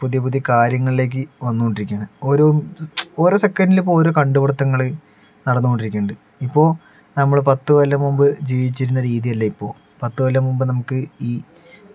പുതിയ പുതിയ കാര്യങ്ങളിലേക്ക് വന്നുകൊണ്ട് ഇരിക്കുകയാണ് ഓരോ ഓരോ സെക്കൻ്റിലും ഇപ്പോൾ ഓരോ കണ്ടുപിടുത്തങ്ങൾ നടന്നുകൊണ്ട് ഇരിക്കുന്നുണ്ട് ഇപ്പോൾ നമ്മൾ പത്തു കൊല്ലം മുൻപ് ജീവിച്ചിരുന്ന രീതി അല്ല ഇപ്പോൾ പത്തുകൊല്ലം മുൻപ് നമുക്ക് ഈ